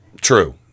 True